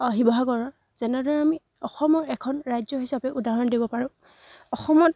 শিৱসাগৰৰ যেনেদৰে আমি অসমৰ এখন ৰাজ্য হিচাপে উদাহৰণ দিব পাৰোঁ অসমত